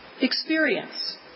experience